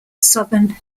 southern